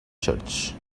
church